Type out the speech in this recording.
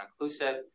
inclusive